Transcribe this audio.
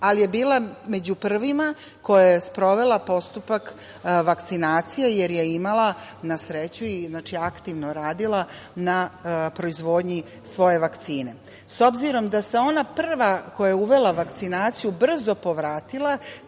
ali je bila među prvim koja je sprovela postupak vakcinacije jer je imala, na sreću, aktivno radila, na proizvodnji svoje vakcine.S obzirom da je ona prva koja je uvela vakcinaciju, brzo povratila,